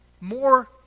more